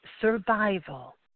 survival